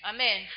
Amen